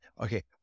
Okay